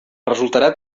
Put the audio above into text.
resultarà